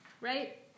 right